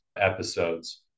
episodes